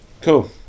Cool